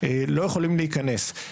לא יכולים להיכנס.